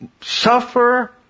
suffer